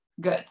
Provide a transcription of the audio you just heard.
good